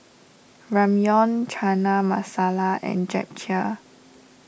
Ramyeon Chana Masala and Japchae